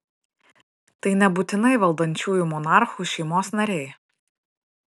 tai nebūtinai valdančiųjų monarchų šeimos nariai